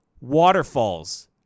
waterfalls